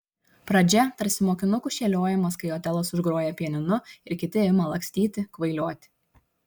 pradžia tarsi mokinukų šėliojimas kai otelas užgroja pianinu ir kiti ima lakstyti kvailioti